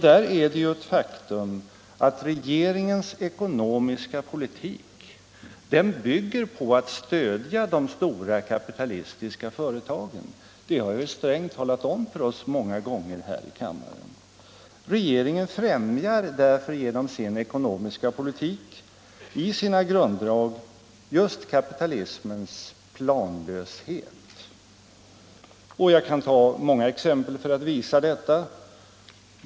Där är det ju ett faktum att regeringens ekonomiska politik bygger på att stödja de stora kapitalistiska företagen. Det har ju herr Sträng talat om för oss många gånger här i kammaren. Regeringen främjar därför, genom grunddragen i sin ekonomiska politik, just kapitalismens planlöshet. Jag kan ta många exempel för att visa detta.